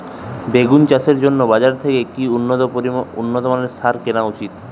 বেগুন চাষের জন্য বাজার থেকে কি উন্নত মানের সার কিনা উচিৎ?